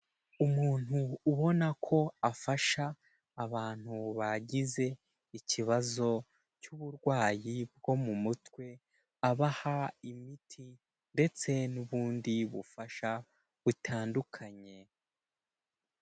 Umuntu ubona ko afasha abantu bagize ikibazo cy'uburwayi bwo mu mutwe, abaha imiti ndetse n'ubundi bufasha butandukanye.